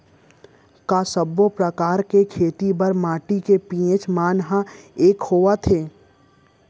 का सब्बो प्रकार के खेती बर माटी के पी.एच मान ह एकै होथे?